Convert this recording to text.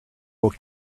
will